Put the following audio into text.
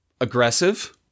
aggressive